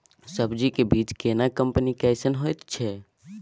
सब्जी के बीज केना कंपनी कैसन होयत अछि?